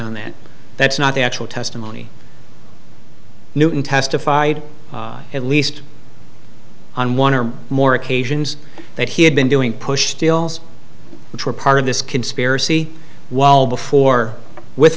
that that's not the actual testimony newton testified at least on one or more occasions that he had been doing push deals which were part of this conspiracy while before with